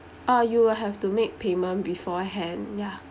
uh you will have to make payment beforehand ya